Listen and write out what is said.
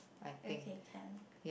okay can